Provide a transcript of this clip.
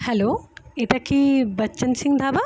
hello এটা কি বচ্চন সিং ধাবা